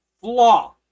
flaw